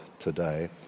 today